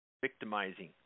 victimizing